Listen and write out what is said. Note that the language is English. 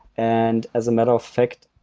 and as a matter fact,